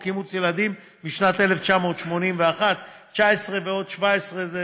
אימוץ ילדים משנת 1981. 19 ועוד 17 זה,